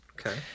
Okay